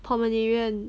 pomeranian